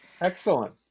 Excellent